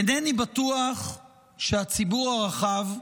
אינני בטוח שהציבור הרחב,